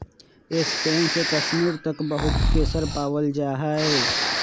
Spain से कश्मीर तक बहुत केसर पावल जा हई